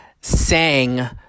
sang